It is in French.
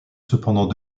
cependant